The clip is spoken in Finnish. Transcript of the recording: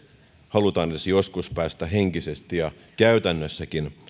halutaan edes joskus päästä henkisesti ja käytännössäkin